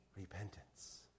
Repentance